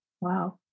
Wow